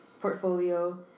portfolio